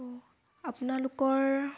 আপোনালোকৰ